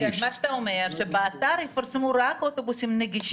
אתה אומר שבאתר יפרסמו רק אוטובוסים נגישים.